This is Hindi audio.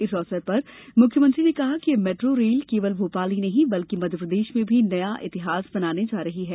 इस अवसर पर मुख्यमंत्री ने कहा कि यह मेट्रो रेल केवल भोपाल ही नहीं बल्कि मध्यप्रदेश में भी नया इतिहास बनने जा रहा है